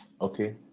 okay